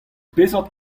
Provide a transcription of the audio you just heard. peseurt